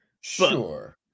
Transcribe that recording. Sure